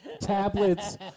tablets